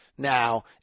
Now